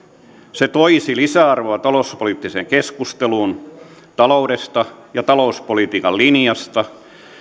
se toisi lisäarvoa talouspoliittiseen keskusteluun taloudesta ja talouspolitiikan linjasta